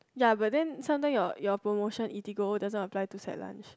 ya but then sometimes your your promotion Eatigo does not apply to set lunch